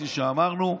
כפי שאמרנו,